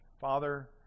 Father